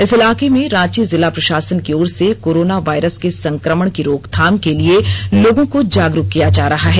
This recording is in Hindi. इस इलाके में रांची जिला प्रषासन की ओर से कोरोना वायरस के संक्रमण की रोकथाम के लिए लोगों को जागरूक किया जा रहा है